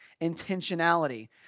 intentionality